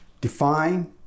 Define